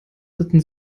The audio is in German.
ritten